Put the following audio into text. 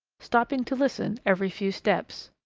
stopping to listen every few steps.